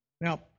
Now